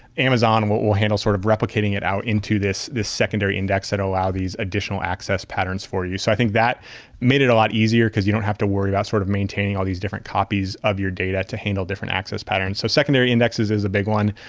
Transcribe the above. amazon will will handle sort of replicating it out into this this secondary index that allow these additional access patterns for you. so i think that made it a lot easier, because you don't have to worry about sort of maintaining all these different copies of your data to handle different access patterns, so secondary indexes is a big one.